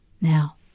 Now